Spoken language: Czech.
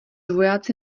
vojáci